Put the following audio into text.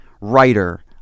writer